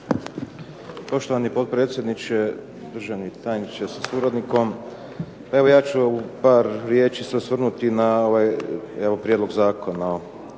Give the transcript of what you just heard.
Poštovani potpredsjedniče, državni tajniče sa suradnikom. Evo ja ću u par riječi se osvrnuti na ovaj prijedlog zakona.